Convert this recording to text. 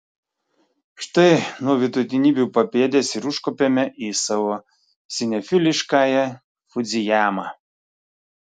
štai nuo vidutinybių papėdės ir užkopėme į savo sinefiliškąją fudzijamą